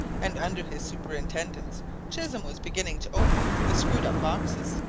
and under his superintendence chisholm was beginning to open the screwed-up boxes.